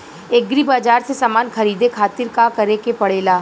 Agri बाज़ार से समान ख़रीदे खातिर का करे के पड़ेला?